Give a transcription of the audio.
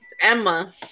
Emma